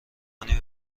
نیم